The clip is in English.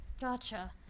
gotcha